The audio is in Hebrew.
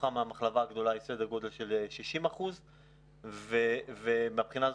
כשבתוכן המחלבה הגדולה היא בסדר-גודל של 60%. מהבחינה הזו,